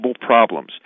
problems